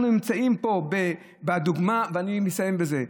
אנחנו נמצאים פה בדוגמה, ואני מסיים בזה.